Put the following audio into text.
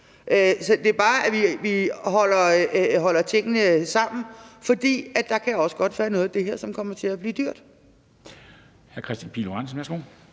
de planer – altså, så vi holder tingene sammen, fordi der også godt kan være noget af det her, som kommer til at blive dyrt.